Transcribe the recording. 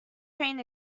train